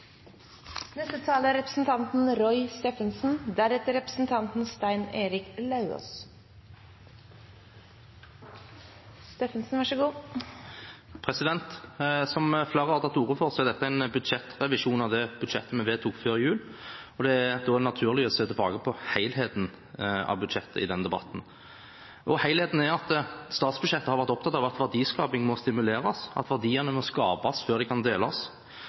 Som flere har sagt, er dette en revisjon av det budsjettet vi vedtok før jul, og det er da naturlig å se tilbake på helheten i budsjettet i denne debatten. Helheten er at en i statsbudsjettet har vært opptatt av at verdiskaping må stimuleres, at verdiene må skapes før de kan deles,